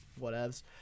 whatevs